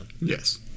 yes